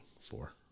four